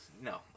no